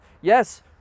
Yes